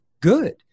good